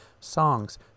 Songs